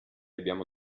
abbiamo